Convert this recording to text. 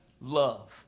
love